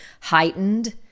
heightened